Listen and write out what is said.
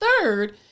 Third